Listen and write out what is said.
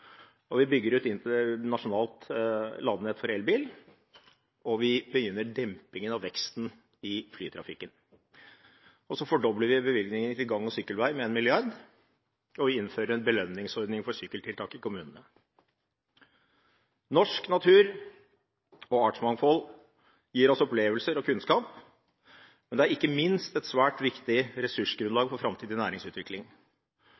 vei. Vi bygger ut internasjonalt ladenett for elbil, og vi begynner dempingen av veksten i flytrafikken. Og så fordobler vi bevilgningene til gang- og sykkelvei med 1 mrd. kr, og vi innfører en belønningsordning for sykkeltiltak i kommunene. Norsk natur og artsmangfold gir oss opplevelser og kunnskap, men det er ikke minst et svært viktig